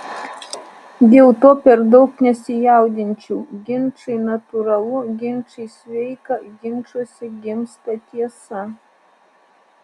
dėl to per daug nesijaudinčiau ginčai natūralu ginčai sveika ginčuose gimsta tiesa